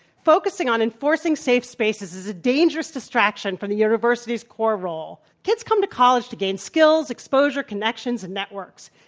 focusing on enforcing safe spaces is a dangerous distraction from the university's core role. kids come to college to gain skills, exposure, connections, and networks.